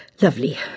Lovely